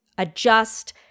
adjust